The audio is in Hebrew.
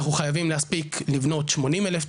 אנחנו חייבים להספיק לבנות 80 אלף,